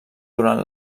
durant